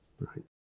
right